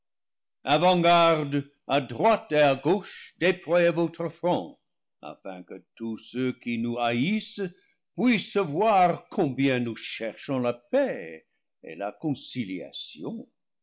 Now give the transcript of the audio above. avant-garde à droite et à gauche déployez votre front afin que tous ceux qui nous haïssent puissent voir combien nous cherchons la paix et la conciliation